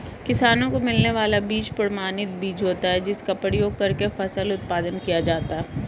किसानों को मिलने वाला बीज प्रमाणित बीज होता है जिसका प्रयोग करके फसल उत्पादन किया जाता है